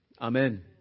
Amen